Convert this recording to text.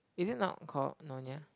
is it not called Nyonya